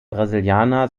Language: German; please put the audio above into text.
brasilianer